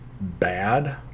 bad